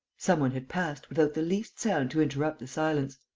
some one had passed, without the least sound to interrupt the silence.